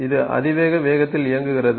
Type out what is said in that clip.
இது அதிவேக வேகத்தில் இயங்குகிறது